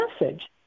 message